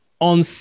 on